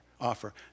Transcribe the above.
offer